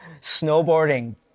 Snowboarding